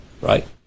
right